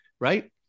right